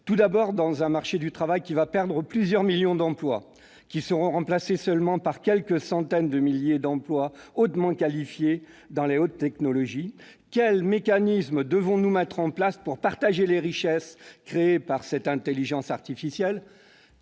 Tout d'abord, dans un marché du travail qui va perdre plusieurs millions d'emplois, lesquels seront remplacés par seulement quelques centaines de milliers d'emplois hautement qualifiés dans les hautes technologies, quels mécanismes devons-nous mettre en place pour partager les richesses créées par cette intelligence artificielle